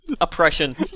Oppression